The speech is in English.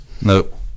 Nope